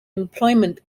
employment